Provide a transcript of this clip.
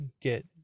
get